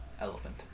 Elephant